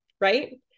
right